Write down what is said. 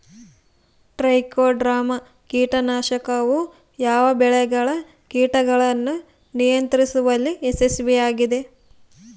Trichoderma ಕೇಟನಾಶಕವು ಯಾವ ಬೆಳೆಗಳ ಕೇಟಗಳನ್ನು ನಿಯಂತ್ರಿಸುವಲ್ಲಿ ಯಶಸ್ವಿಯಾಗಿದೆ?